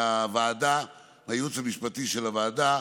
מהייעוץ המשפטי של הוועדה,